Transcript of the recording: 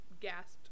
gasped